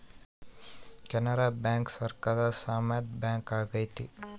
Canara bank ಸರಕಾರದ ಸಾಮ್ಯದ bank ಆಗೈತೆ